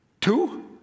Two